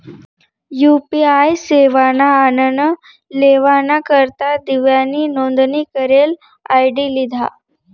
UPI सेवाना आनन लेवाना करता दिव्यानी नोंदनी करेल आय.डी लिधा